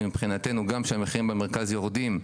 ומבחינתנו גם כשהמחירים במרכז יורדים,